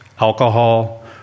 alcohol